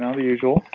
and the usual.